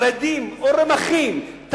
פרדים או רמכים,